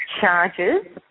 charges